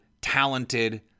talented